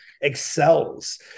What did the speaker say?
excels